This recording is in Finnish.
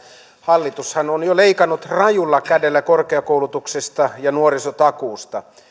hallitushan on jo leikannut rajulla kädellä korkeakoulutuksesta ja nuorisotakuusta